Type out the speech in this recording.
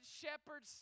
shepherd